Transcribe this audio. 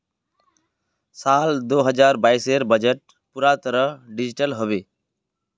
साल दो हजार बाइसेर बजट पूरा तरह डिजिटल हबे